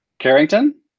Carrington